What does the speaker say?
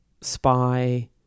spy